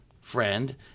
friend